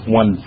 one